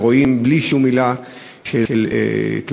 ורואים, בלי שום מילה של התלהמות,